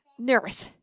Nerth